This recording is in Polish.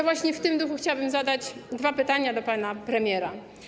Właśnie w tym duchu chciałabym zadać dwa pytania do pana premiera.